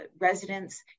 residents